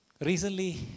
Recently